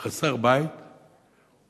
חסר בית ומעוקל,